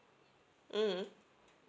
mm